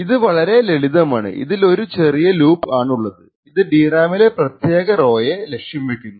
ഇത് വളരെ ലളിതമാണ് ഇതിൽ ഒരു ചെറിയ ലൂപ്ആണുള്ളത് അത് DRAM ലെ ഒരു പ്രത്യാക റോയെ ലക്ഷ്യം വക്കുന്നു